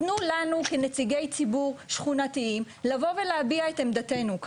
תנו לנו כנציגי ציבור שכונתיים לבוא ולהביע את עמדתנו,